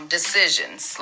Decisions